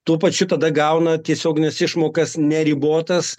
tuo pačiu tada gauna tiesiogines išmokas neribotas